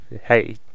Hey